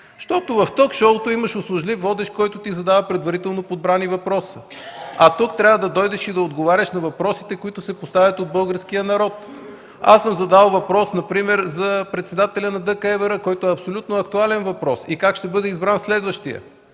Защото в ток-шоуто имаш услужлив водещ, който ти задава предварително подбрани въпроси, а тук трябва да дойдеш и да отговаряш на въпросите, които се поставят от българския народ. Аз съм задал въпрос, например, за председателя на ДКЕВР, който е абсолютно актуален въпрос и как ще бъде избран следващият.